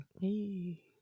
Hey